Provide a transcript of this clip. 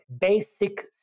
basic